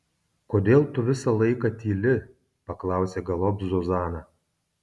kodėl tu visą laiką tyli paklausė galop zuzana